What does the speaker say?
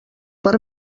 per